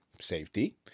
Safety